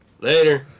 Later